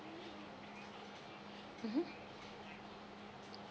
mmhmm